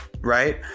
right